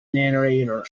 narrator